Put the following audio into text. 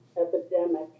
epidemic